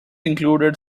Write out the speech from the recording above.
included